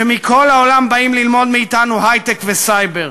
שמכל העולם באים ללמוד מאתנו היי-טק וסייבר.